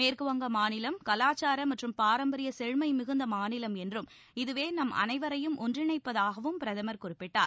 மேற்குவங்க மாநிலம் கலாச்சார மற்றும் பாரம்பரிய செழுமை மிகுந்த மாநிலம் என்றும் இதவே நம் அனைவரையும் ஒன்றிணைப்பதாகவும் பிரதமர் குறிப்பிட்டார்